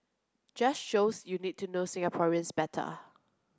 just shows you need to know Singaporeans better